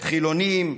חילונים,